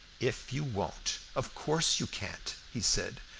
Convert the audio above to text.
if you won't, of course you can't, he said.